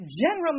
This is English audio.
general